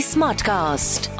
Smartcast